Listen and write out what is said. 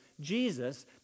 Jesus